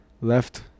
left